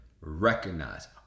recognize